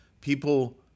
people